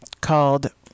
called